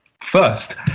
first